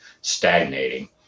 stagnating